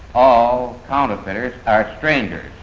all counterfeiters are strangers.